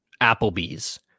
Applebee's